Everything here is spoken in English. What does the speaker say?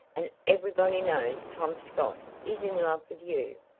and everybody knows tom scott is in love with you.